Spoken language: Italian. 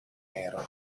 nero